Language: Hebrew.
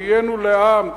נהיינו לעם,